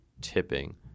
tipping